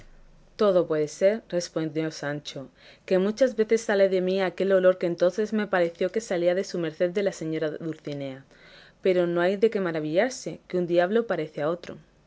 todo puede ser respondió sancho que muchas veces sale de mí aquel olor que entonces me pareció que salía de su merced de la señora dulcinea pero no hay de qué maravillarse que un diablo parece a otro